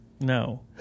No